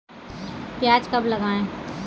प्याज कब लगाएँ?